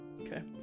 Okay